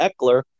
Eckler